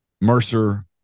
Mercer